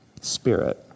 spirit